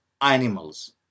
animals